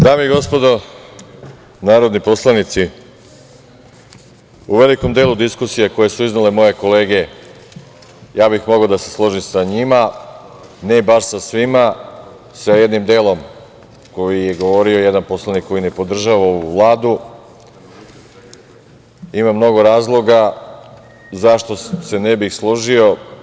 Dame i gospodo narodni poslanici, u velikom delu diskusije koje su iznele moje kolege ja bih mogao da se složim sa njima, ne baš sa svima, sa jednim delom o kome je govorio jedan poslanik koji ne podržava ovu Vladu ima mnogo razloga zašto se ne bih složio.